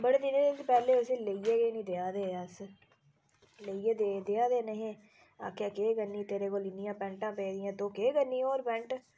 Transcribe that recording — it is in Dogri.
बड़े दिनें दी पैह्लें अस उसी लेइयै गै निं देआ दे हे अस लेइयै देआ दे हे निं हे आखै केह् करनी तेरे कोल इन्नियां पैंटा पेदियां तूं केह् करनी हर पैंट